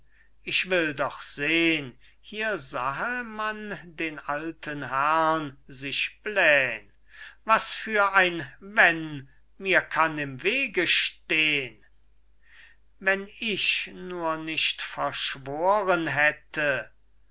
ich will doch sehn hier sahe man den alten herrn sich blähn was für ein wenn mir kann im wege stehn wenn ich nur nicht verschworen hätte verschworen